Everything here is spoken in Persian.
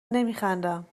نمیخندم